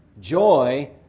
Joy